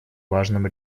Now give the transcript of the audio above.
важном